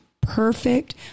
perfect